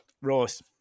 Ross